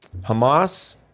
Hamas